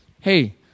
hey